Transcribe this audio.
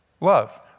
love